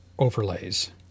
Overlays